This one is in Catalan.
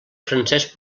francés